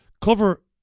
cover